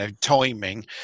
timing